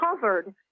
covered